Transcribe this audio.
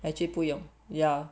actually 不用 yeah